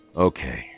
Okay